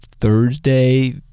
Thursday